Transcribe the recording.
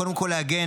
קודם כול להגן